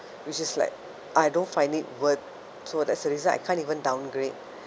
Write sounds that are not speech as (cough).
which is like I don't find it worth so as a result I can't even downgrade (breath)